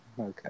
Okay